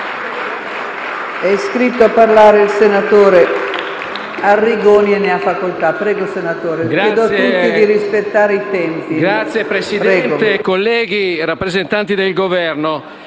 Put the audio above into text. Signora Presidente, colleghi, rappresentanti del Governo,